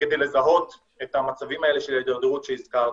כדי לזהות את המצבים האלה של ההידרדרות שהזכרתי.